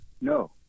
no